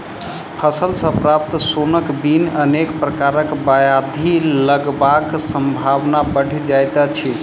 फल सॅ प्राप्त सोनक बिन अनेक प्रकारक ब्याधि लगबाक संभावना बढ़ि जाइत अछि